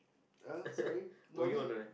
uh sorry no I mean